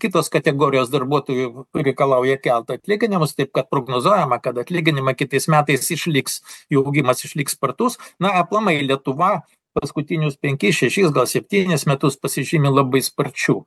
kitos kategorijos darbuotojų reikalauja kelt atlyginimus taip kad prognozuojama kad atlyginimai kitais metais išliks jų augimas išliks spartus na aplamai lietuva paskutinius penkis šešis septynis metus pasižymi labai sparčiu